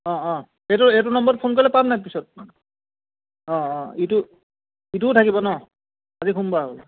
অঁ অঁ এইটো এইটো নম্বৰত ফোন কৰিলে পাম নাই পিছত মানে অঁ অঁ ইটো ইটোও থাকিব ন আজি সোমবাৰ হ'ল